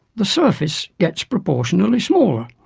the surface gets proportionally smaller,